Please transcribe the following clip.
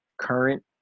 current